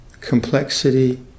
complexity